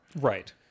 Right